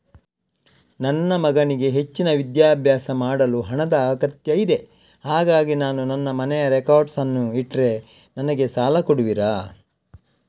ನನ್ನ ಮಗನಿಗೆ ಹೆಚ್ಚಿನ ವಿದ್ಯಾಭ್ಯಾಸ ಮಾಡಲು ಹಣದ ಅಗತ್ಯ ಇದೆ ಹಾಗಾಗಿ ನಾನು ನನ್ನ ಮನೆಯ ರೆಕಾರ್ಡ್ಸ್ ಅನ್ನು ಇಟ್ರೆ ನನಗೆ ಸಾಲ ಕೊಡುವಿರಾ?